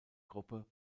gruppe